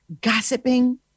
gossiping